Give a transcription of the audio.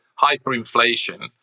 hyperinflation